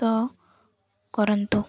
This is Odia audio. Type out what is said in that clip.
ତ କରନ୍ତୁ